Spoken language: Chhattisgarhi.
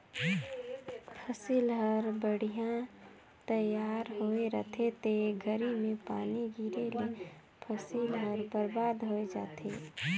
फसिल हर बड़िहा तइयार होए रहथे ते घरी में पानी गिरे ले फसिल हर बरबाद होय जाथे